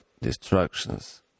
destructions